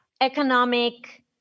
economic